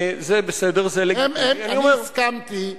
זה בסדר, זה לגיטימי, אני אומר, אני הסכמתי אתם.